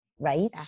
right